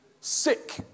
sick